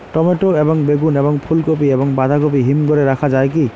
Tomato এবং বেগুন এবং ফুলকপি এবং বাঁধাকপি হিমঘরে রাখা যায় কি?